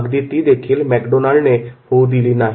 अगदी ती देखील मॅकडोनाल्डने होऊ दिली नाही